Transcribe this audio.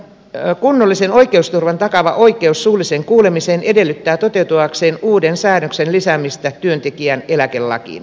valittajan kunnollisen oikeusturvan takaava oikeus suulliseen kuulemiseen edellyttää toteutuakseen uuden säännöksen lisäämistä työntekijän eläkelakiin